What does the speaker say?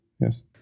yes